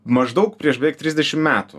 maždaug prieš beveik trisdešim metų